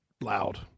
loud